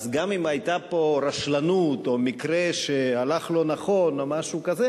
אז גם אם היתה פה רשלנות או מקרה שהלך לא נכון או משהו כזה,